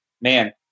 man